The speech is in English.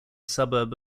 suburb